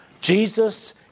Jesus